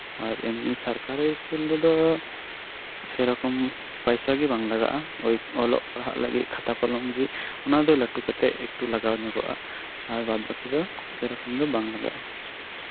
ᱟᱨ ᱮᱢᱱᱤ ᱥᱚᱨᱠᱟᱨᱤ ᱥᱠᱩᱞ ᱨᱮᱫᱚ ᱯᱷᱨᱤ ᱥᱮᱨᱚᱠᱚᱢ ᱯᱚᱭᱥᱟ ᱜᱮ ᱵᱟᱝ ᱞᱟᱜᱟᱜᱼᱟ ᱚᱞᱚᱜ ᱯᱟᱲᱦᱟᱜ ᱞᱟᱹᱜᱤᱫ ᱠᱟᱛᱷᱟ ᱠᱚᱞᱚᱢ ᱜᱮ ᱚᱱᱟ ᱫᱚ ᱞᱟᱹᱴᱩ ᱠᱟᱛᱮᱫ ᱮᱠᱴᱩ ᱞᱟᱜᱟᱣ ᱧᱚᱜᱚᱜᱼᱟ ᱟᱨ ᱵᱟᱫᱽ ᱵᱟᱠᱤ ᱫᱚ ᱥᱮᱨᱴᱚᱠᱚᱢ ᱫᱚ ᱵᱟᱝ ᱞᱟᱜᱟᱜᱼᱟ